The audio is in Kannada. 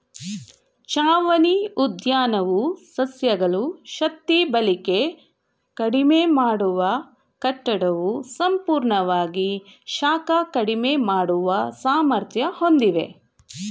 ಛಾವಣಿ ಉದ್ಯಾನವು ಸಸ್ಯಗಳು ಶಕ್ತಿಬಳಕೆ ಕಡಿಮೆ ಮಾಡುವ ಕಟ್ಟಡವು ಸಂಪೂರ್ಣವಾಗಿ ಶಾಖ ಕಡಿಮೆ ಮಾಡುವ ಸಾಮರ್ಥ್ಯ ಹೊಂದಿವೆ